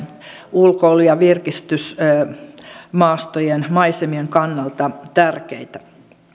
ulkoilu ja virkistysmaastojen maisemien kannalta tärkeitä